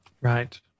Right